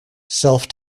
self